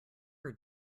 are